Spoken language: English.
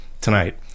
tonight